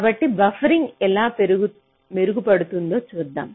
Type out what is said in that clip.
కాబట్టి బఫరింగ్ ఎలా మెరుగుపడుతుందో చూద్దాం